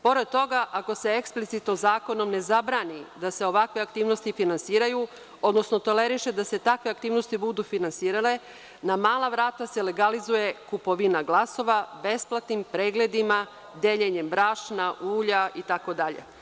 Pored toga ako se eksplicitno zakonom ne zabrani da se ovakve aktivnosti finansiraju, odnosno toleriše da se takve aktivnosti budu finansirale, na mala vrata se legalizuje kupovina glasova, besplatnim pregledima, kupovina brašna, ulja itd.